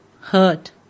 hurt